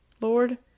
Lord